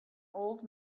old